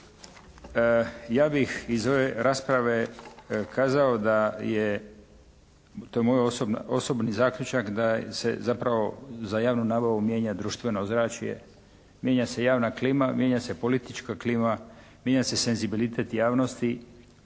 Ja bih iz ove rasprave kazao da je, to je moj osobni zaključak, da se zapravo za javnu nabavu mijenja društveno ozračje, mijenja se javna klima, mijenja se politička klima, mijenja se senzibilitet javnost,